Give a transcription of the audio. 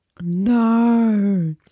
no